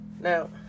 Now